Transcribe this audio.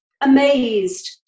amazed